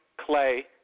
Clay